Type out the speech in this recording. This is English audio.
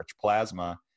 plasma